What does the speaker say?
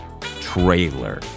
Trailer